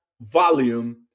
volume